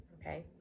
Okay